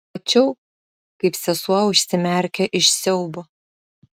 mačiau kaip sesuo užsimerkia iš siaubo